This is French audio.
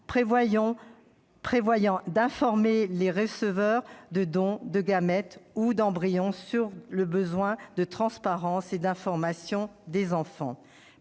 pour objet d'informer les receveurs de dons de gamètes ou d'embryons sur le besoin de transparence et d'information des enfants.